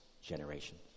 generation